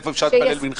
איפה אפשר להתפלל מנחה?